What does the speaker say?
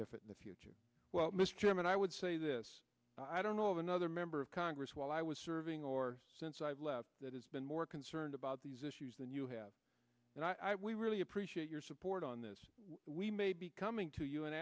different in the future well mr chairman i would say this i don't know of another member congress while i was serving or since i left that has been more concerned about these issues than you have and i we really appreciate your support on this we may be coming to you and